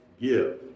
give